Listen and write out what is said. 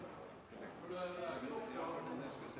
er det forslaget nå